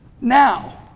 now